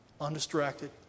undistracted